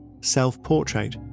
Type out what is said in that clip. Self-Portrait